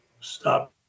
stop